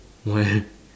why eh